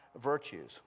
virtues